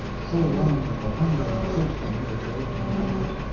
so long that the hunger and thirst near drove me mad,